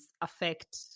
affect